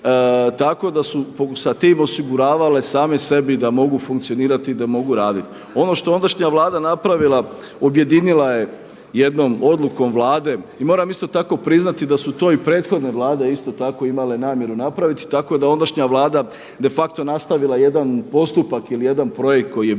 tako da su sa tim osiguravale same sebi da mogu funkcionirati i da mogu raditi. Ono što je ondašnja Vlada napravila objedinila je jednom odlukom Vlade i moram isto tako priznati da su to i prethodne Vlade isto tako imale namjeru napraviti, tako da ondašnja Vlada de facto nastavila jedan postupak ili jedan projekt koji je bio